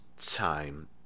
time